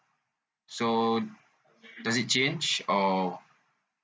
so does it change or